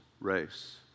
race